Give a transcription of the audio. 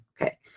Okay